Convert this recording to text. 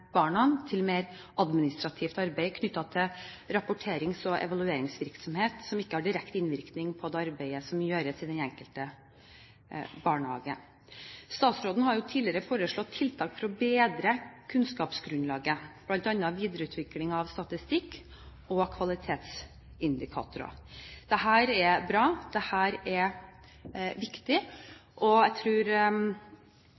barna til mer administrativt arbeid knyttet til rapporterings- og evalueringsvirksomhet som ikke har direkte innvirkning på det arbeidet som gjøres i den enkelte barnehage. Statsråden har tidligere foreslått tiltak for å bedre kunnskapsgrunnlaget, bl.a. videreutvikling av statistikk og kvalitetsindikatorer. Dette er bra, dette er viktig.